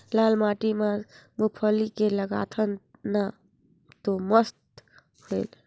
लाल माटी म मुंगफली के लगाथन न तो मस्त होयल?